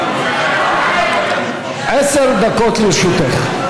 עשר דקות לרשותך.